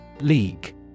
League